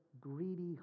greedy